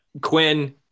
Quinn